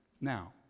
Now